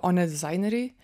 o ne dizaineriai